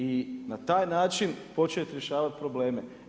I na taj način početi rješavati probleme.